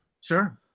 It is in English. Sure